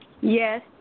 Yes